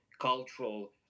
cultural